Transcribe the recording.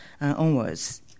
onwards